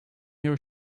your